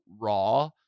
raw